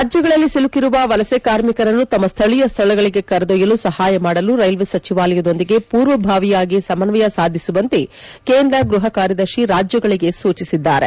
ರಾಜ್ಯಗಳಲ್ಲಿ ಸಿಲುಕಿರುವ ವಲಸೆ ಕಾರ್ಮಿಕರನ್ನು ತಮ್ಮ ಸ್ಥಳೀಯ ಸ್ಥಳಗಳಿಗೆ ಕರೆದೊಯ್ಯಲು ಸಹಾಯ ಮಾಡಲು ರೈಲ್ವೆ ಸಚಿವಾಲಯದೊಂದಿಗೆ ಪೂರ್ವಭಾವಿಯಾಗಿ ಸಮನ್ವಯ ಸಾಧಿಸುವಂತೆ ಕೇಂದ್ರ ಗೃಹ ಕಾರ್ಯದರ್ಶಿ ರಾಜ್ಯಗಳಿಗೆ ಸೂಚಿಸಿದ್ದಾರೆ